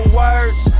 words